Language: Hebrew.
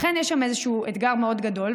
לכן יש שם איזשהו אתגר מאוד גדול,